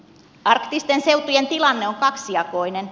arktisten seutujen tilanne on kaksijakoinen